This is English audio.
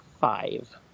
five